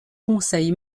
conseil